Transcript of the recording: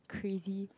crazy